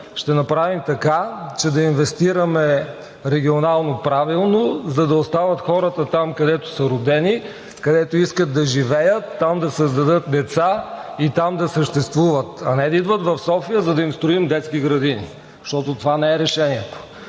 ще направим така, че да инвестираме регионално правилно, за да остават хората там, където са родени, където искат да живеят, там да създадат деца и там да съществуват, а не да идват в София, за да им строим детски градини, защото това не е решението.